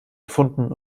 gefunden